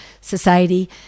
society